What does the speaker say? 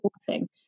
supporting